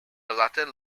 latin